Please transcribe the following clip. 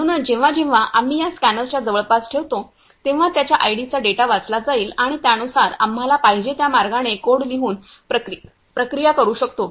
म्हणूनच जेव्हा जेव्हा आम्ही या स्कॅनरच्या जवळपास ठेवतो तेव्हा त्यांच्या आयडींचा डेटा वाचला जाईल आणि त्यानुसार आम्हाला पाहिजे त्या मार्गाने कोड लिहून प्रक्रिया करू शकतो